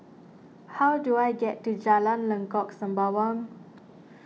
how do I get to Jalan Lengkok Sembawang